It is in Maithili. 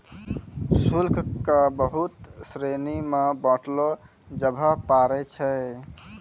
शुल्क क बहुत श्रेणी म बांटलो जाबअ पारै छै